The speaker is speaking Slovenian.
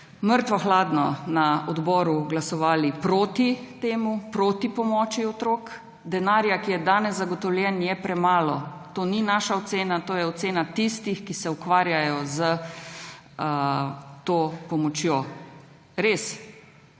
mrtvo hladno na odboru glasovali proti temu, proti pomoči otrokom, denarja, ki je danes zgotovljen, je premalo. To ni naša ocena. To je ocena tistih, ki se ukvarjajo s to pomočjo. Res,